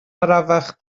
arafach